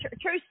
true